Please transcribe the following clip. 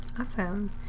Awesome